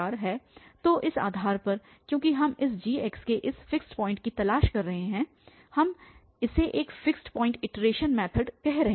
तो इस आधार पर क्योंकि हम इस g के इस फिक्स पॉइंट की तलाश कर रहे हैं हम इसे एक फिक्स पॉइंट इटरेशन मैथड कह रहे हैं